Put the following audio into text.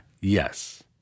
yes